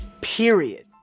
period